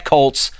Colts